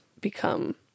become